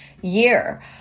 year